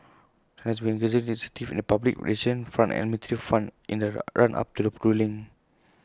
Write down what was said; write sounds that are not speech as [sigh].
China has been increasingly assertive in the public relations front and military front in the [hesitation] run up to the ruling